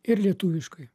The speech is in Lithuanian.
ir lietuviškai